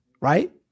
Right